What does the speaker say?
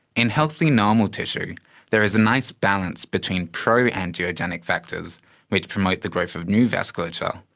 in healthy normal tissue there is a nice balance between pro-angiogenic factors which promote the growth of new vasculature,